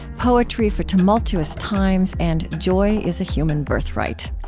poetry for tumultuous times, and joy is a human birthright.